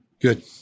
good